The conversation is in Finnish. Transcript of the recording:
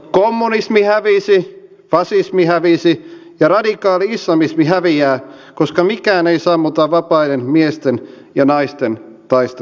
kommunismi hävisi fasismi hävisi ja radikaali islamismi häviää koska mikään ei sammuta vapaiden miesten ja naisten taistelutahtoa